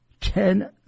ten